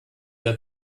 der